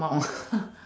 come out